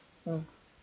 mm